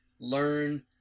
learn